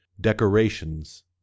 decorations